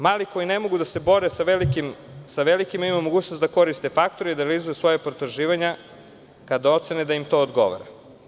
Mali koji ne mogu da se bore sa velikima imaju mogućnost da koriste faktor i da analiziraju svoja potraživanja kada ocene da im to odgovara.